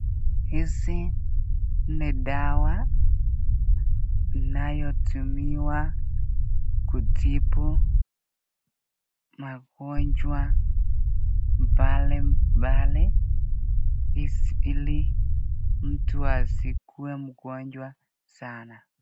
Hizi ni dawa inayotumiwa kutibu magonjwa mbalimbali ili mtu asikuwe mgonjwa sana.